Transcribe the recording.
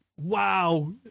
wow